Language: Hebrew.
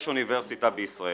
יש אוניברסיטה בישראל,